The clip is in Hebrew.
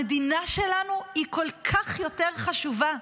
המדינה שלנו כל כך יותר חשובה,